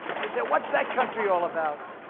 i said, what's that country all about?